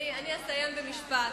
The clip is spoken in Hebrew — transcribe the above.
אני אסיים במשפט: